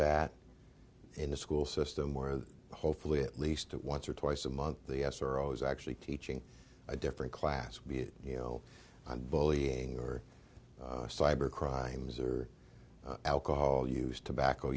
that in the school system where hopefully at least once or twice a month the s are always actually teaching a different class be it you know on bullying or cyber crimes or alcohol use tobacco